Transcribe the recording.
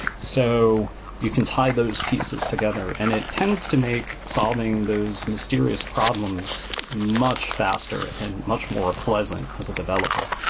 so you can tie those pieces together, and it tends to make solving those mysterious problems much faster and much more pleasant as a developer.